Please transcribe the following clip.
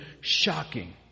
shocking